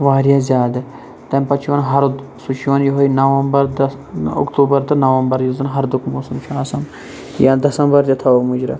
واریاہ زیادٕ تمہِ پَتہٕ چھُ یِوان ہَرُد سُہ چھُ یِوان یُہے نَوَمبَر دَسَم اکتوبَر تہٕ نَوَمبَر یُس زَن ہَردُک موسم چھُ آسان یا دسمبَر تہٕ تھاوو مُجراہ